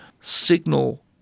signal